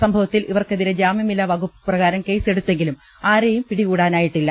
സംഭവത്തിൽ ഇവർക്കെതിരെ ജാമ്യമില്ലാവകുപ്പ് പ്രകാരം കേസെടുത്തെ ങ്കിലും ആരേയും പിടികൂടാനായിട്ടില്ല